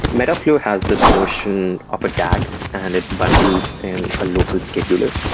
metaflow has this notion of a dag and it bundles in a local scheduler.